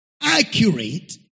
accurate